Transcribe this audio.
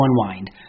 unwind